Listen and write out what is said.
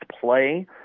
Play